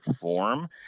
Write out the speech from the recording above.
form